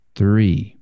three